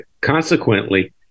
consequently